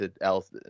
else